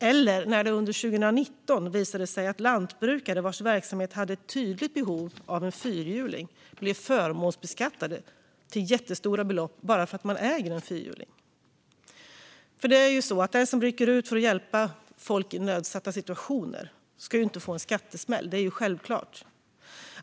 För det andra visade det sig under 2019 att lantbrukare vars verksamhet hade ett tydligt behov av en fyrhjuling blev förmånsbeskattade till jättestora belopp bara för att de äger en fyrhjuling. Den som rycker ut för att hjälpa folk i nödsituationer ska inte få en skattesmäll; det är självklart.